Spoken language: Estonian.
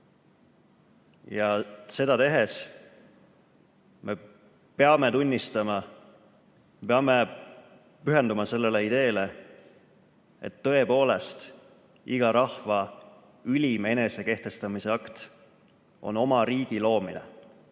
Seda tehes me peame tunnistama, peame pühenduma ideele, et tõepoolest iga rahva ülim enesekehtestamise akt on oma riigi loomine,